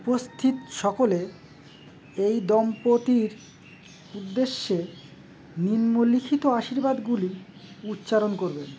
উপস্থিত সকলে এই দম্পতির উদ্দেশ্যে নিম্নলিখিত আশীর্বাদগুলি উচ্চারণ করবেন